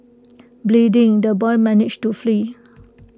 bleeding the boy managed to flee